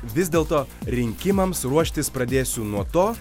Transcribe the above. vis dėlto rinkimams ruoštis pradėsiu nuo to